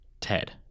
Ted